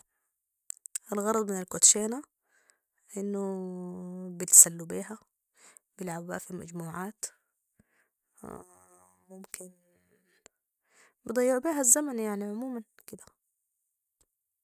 الغرض من الكوتشينا انو بيتلسلوا بيها بيلعبوا بيها في مجموعات ممكن بضيعوا بيها الزمن يعني عموما كده